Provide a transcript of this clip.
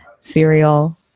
cereal